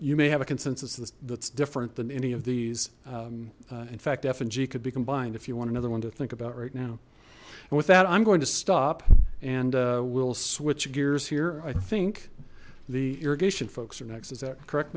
you may have a consensus that's different than any of these in fact f and g could be combined if you want another one to think about right now and with that i'm going to stop and we'll switch gears here i think the irrigation folks are next is that correct